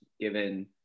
given